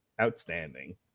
Outstanding